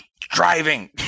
driving